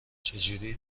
چجوری